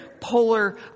polar